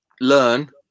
learn